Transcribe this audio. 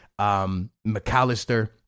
McAllister